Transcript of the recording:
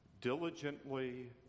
diligently